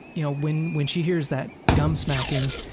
you know, when when she hears that gum smacking,